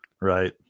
Right